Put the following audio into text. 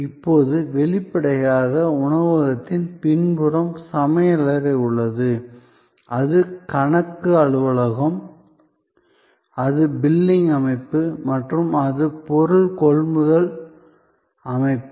இப்போது வெளிப்படையாக உணவகத்தின் பின்புறம் சமையலறை உள்ளது அது கணக்கு அலுவலகம் அது பில்லிங் அமைப்பு மற்றும் அது பொருள் கொள்முதல் அமைப்பு